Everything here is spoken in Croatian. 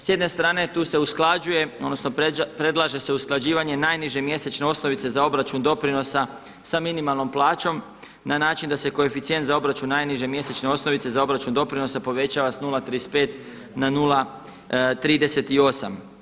S jedne strane tu se usklađuje odnosno predlaže se usklađivanje najniže mjesečne osnovice za obračun doprinosa sa minimalnom plaćom na način da se koeficijent za obračun najniže mjesečne osnovice za obračun doprinosa povećava s 0,35 na 0,38.